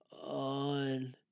on